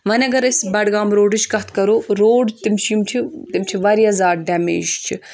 وَۄنۍ اگر أسۍ بَڈگام روڈٕچ کَتھ کَرو روڈ تِم چھِ یِم چھِ تِم چھِ واریاہ زیادٕ ڈَیٚمَیج چھِ